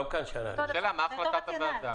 השאלה היא מה החלטת הוועדה.